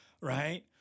right